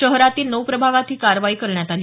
शहरातील नऊ प्रभागात ही कारवाई करण्यात आली